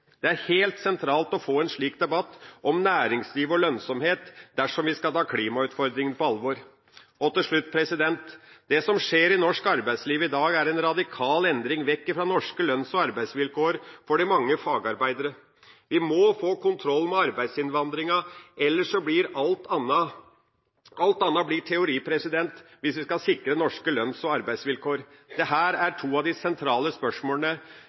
Det er helt sentralt å få en slik debatt om næringsliv og lønnsomhet dersom vi skal ta klimautfordringene på alvor. Til slutt: Det som skjer i norsk arbeidsliv i dag, er en radikal endring vekk fra norske lønns- og arbeidsvilkår for de mange fagarbeidere. Vi må få kontroll med arbeidsinnvandringa – alt annet blir teori – hvis vi skal sikre norske lønns- og arbeidsvilkår. Dette er to av de sentrale spørsmålene